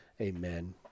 Amen